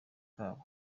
kabo